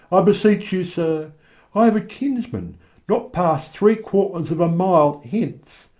i beseech you, sir i have a kinsman not past three quarters of a mile hence,